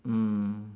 mm